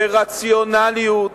ברציונליות,